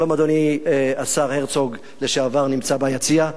שלום, אדוני, השר לשעבר הרצוג, הנמצא ביציע.